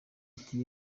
ati